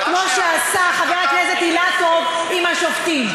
שעשה חבר הכנסת אילטוב עם השופטים.